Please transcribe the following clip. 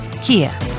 kia